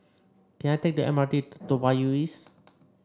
can I take the M R T to Toa Payoh East